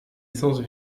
essence